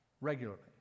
regularly